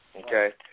okay